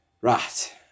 right